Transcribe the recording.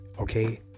okay